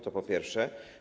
To po pierwsze.